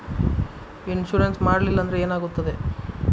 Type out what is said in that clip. Insurance ಮಾಡಲಿಲ್ಲ ಅಂದ್ರೆ ಏನಾಗುತ್ತದೆ?